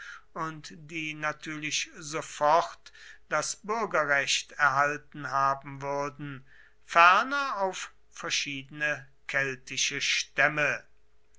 und die natürlich sofort das bürgerrecht erhalten haben würden ferner auf verschiedene keltische stämme